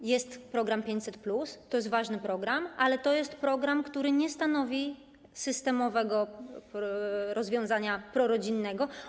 Tak, jest program 500+, to jest ważny program, ale to jest program, który nie stanowi systemowego rozwiązania prorodzinnego.